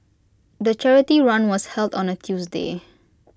the charity run was held on A Tuesday